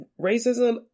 racism